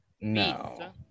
No